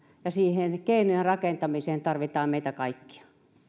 ja siihen keinojen rakentamiseen tarvitaan meitä kaikkia